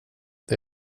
det